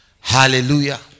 Hallelujah